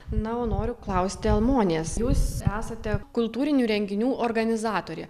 na o noriu klausti almonės jūs esate kultūrinių renginių organizatorė